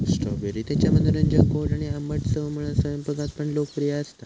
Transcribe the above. strawberry त्याच्या मनोरंजक गोड आणि आंबट चवमुळा स्वयंपाकात पण लोकप्रिय असता